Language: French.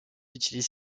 utilise